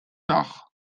dach